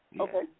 Okay